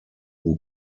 who